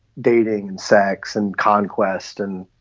dating and sex and conquest. and,